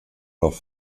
noch